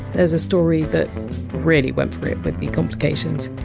s a story that really went for it with the complications.